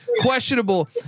questionable